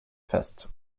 fest